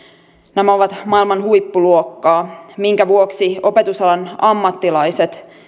nämä ovat maailman huippuluokkaa minkä vuoksi opetusalan ammattilaiset